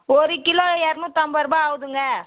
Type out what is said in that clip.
ஒரு கிலோ இரநூத்தம்பது ரூபாய் ஆகுதுங்க